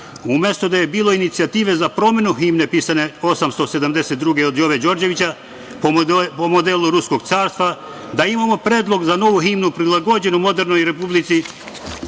umesto da je bilo inicijative za promenu himne pisane 872. godine od Jove Đorđevića, po modelu ruskog carstva, da imamo predlog za novu himnu prilagođenoj modernoj Republici